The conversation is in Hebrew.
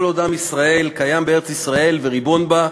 כל עוד עם ישראל קיים בארץ-ישראל וריבון בה,